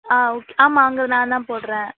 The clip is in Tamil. ஆ ஓகே ஆமாம் அங்கே நான் தான் போடுகிறேன்